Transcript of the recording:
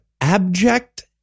abject